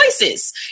choices